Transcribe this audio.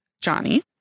Johnny